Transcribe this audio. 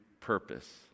purpose